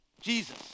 Jesus